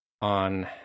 on